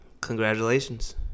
Congratulations